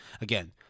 again